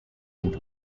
into